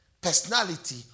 personality